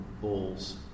balls